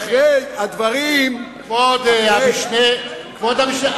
כבוד המשנה לראש הממשלה,